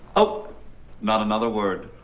oh not another word